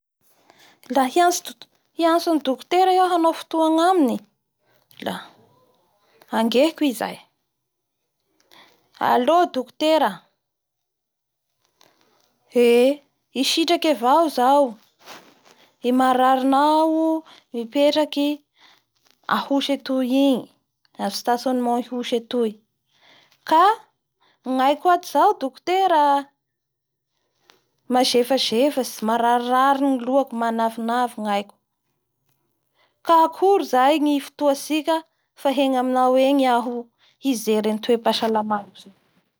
Laha hiantso do-hiantso an'i dokotera iaho hanao fotoa agnaminy la angehiko i zay: allo dokotera, ee i Sitraky avao zao i mararinao mipetraky a Ihosy atoy igny a stationnement Ihosy atoy ka ngaiko ato zao dokotera mazezfazefatsy marirary ny lohako, manvinavy ngaikoka akory zay ny fotoa tsika fa hengna aminao egny iaho io hijery an'ny toe-pasalamako zao.